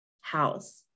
house